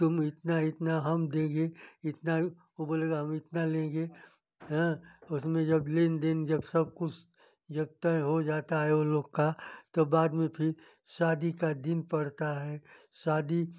तुम इतना इतना हम देंगे इतना वो बोलेगा हम इतना लेंगे हाँ उसमें जब लेन देन जब सब कुछ जब तय हो जाता है वो लोग का तो बाद में फिर शादी का दिन पड़ता है शादी